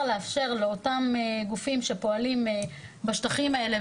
לאפשר לאותם גופים שפועלים בשטחים האלה,